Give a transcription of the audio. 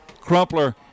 Crumpler